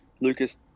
Lucas